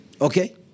Okay